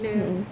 mm